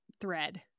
thread